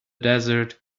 desert